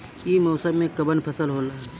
ई मौसम में कवन फसल होला?